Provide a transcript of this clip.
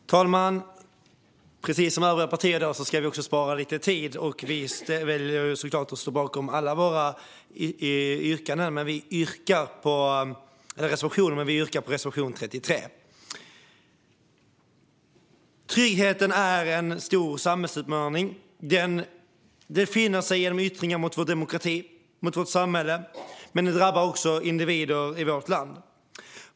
Herr talman! Precis som övriga partier i dag ska också vi spara lite tid. Vi står såklart bakom alla våra reservationer, men jag yrkar bifall enbart till reservation 33. Tryggheten är en stor samhällsutmaning. Det finner sig genom yttringar mot vår demokrati, mot vårt samhälle. Men det drabbar också individer i vårt land.